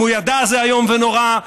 אם הוא ידע זה איום ונורא,